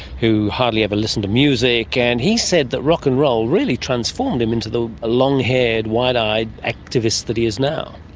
who hardly ever listened to music, and he said that rock n and roll really transformed him into the long-haired wide-eyed activist that he is now.